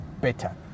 better